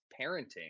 parenting